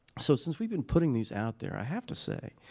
so, since we've been putting these out there, i have to say,